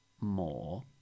More